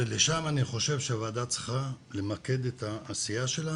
לשם אני חושב שהוועדה צריכה למקד את העשייה שלה